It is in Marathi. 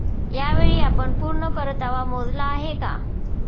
यावेळी आपण पूर्ण परतावा मोजला आहे का?